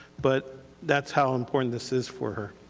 but that's how important this is for her,